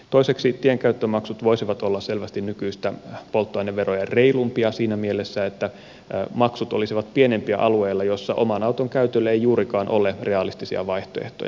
toiseksi tienkäyttömaksut voisivat olla selvästi nykyistä polttoaineveroa reilumpia siinä mielessä että maksut olisivat pienempiä alueella jolla oman auton käytölle ei juurikaan ole realistisia vaihtoehtoja